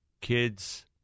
kids